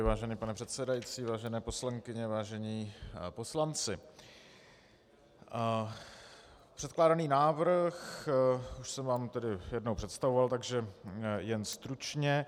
Vážený pane předsedající, vážené poslankyně, vážení poslanci, předkládaný návrh už jsem vám jednou představoval, takže jen stručně.